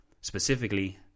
Specifically